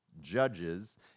judges